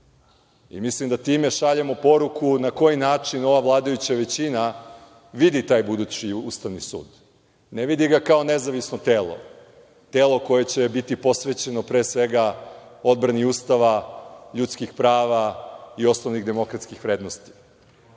suda. Mislim da time šaljemo poruku na koji način ova vladajuća većina vidi taj budući Ustavni sud. Ne vidi ga kao nezavisno telo, telo koje će biti posvećeno pre svega odbrani Ustava, ljudskih prava i osnovnih demokratskih vrednosti,